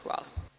Hvala.